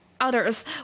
others